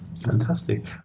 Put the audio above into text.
Fantastic